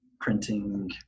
printing